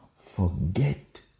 forget